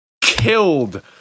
killed